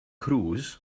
cruise